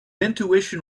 intuition